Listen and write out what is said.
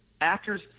actors